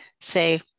say